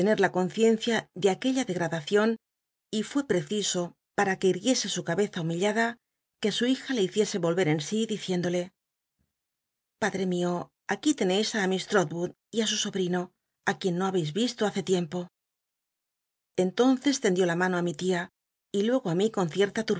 la conciencia de aquella clegradacion y fué preciso para que irguiese su cabeza humillada que su hija le hiciese i'oii'cr en i diciéndole padre mio aqtti tcneis miss l'i'olwood y su sobl'ino quienes no habcis yisto hace tiempo tendió en tonces la mano í mi tia y lurgo í mí con cierta